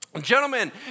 Gentlemen